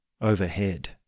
overhead